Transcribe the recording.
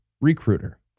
Recruiter